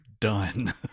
done